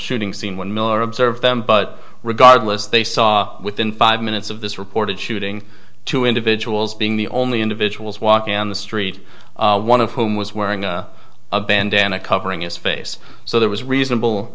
shooting scene when miller observed them but regardless they saw within five minutes of this reported shooting two individuals being the only individuals walking on the street one of whom was wearing a bandana covering his face so there was reasonable